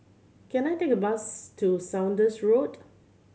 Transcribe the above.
can I take a bus to Saunders Road